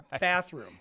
bathroom